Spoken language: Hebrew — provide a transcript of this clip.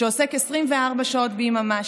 שעוסק 24 שעות ביממה,